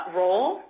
role